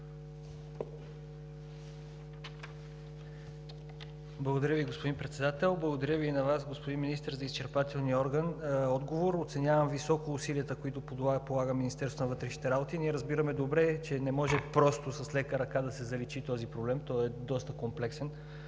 Благодаря Ви, господин Председател. Благодаря и на Вас, господин Министър, за изчерпателния отговор. Оценявам високо усилията, които полага Министерството на вътрешните работи. Ние разбираме добре, че не може просто с лека ръка да се заличи този проблем – той е доста комплексен.